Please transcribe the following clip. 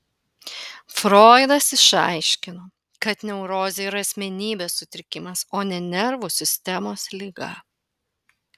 froidas išaiškino kad neurozė yra asmenybės sutrikimas o ne nervų sistemos liga